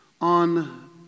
on